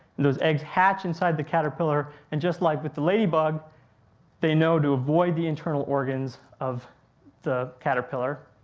those eggs hatch inside the caterpillar and just like but the ladybug they know to avoid the internal organs of the caterpillar,